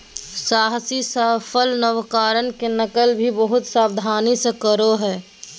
साहसी सफल नवकरण के नकल भी बहुत सावधानी से करो हइ